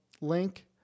link